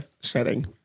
setting